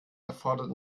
erfordert